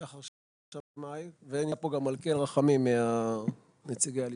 שחר שמאי ונמצא פה גם מלכיאל רחמים מנציגי הלשכה.